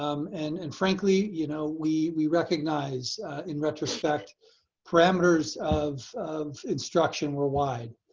um and and frankly, you know we we recognize in retrospect parameters of of instruction were wide.